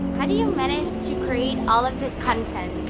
how do you manage to create all of this content?